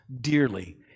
dearly